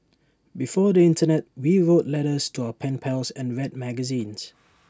before the Internet we wrote letters to our pen pals and read magazines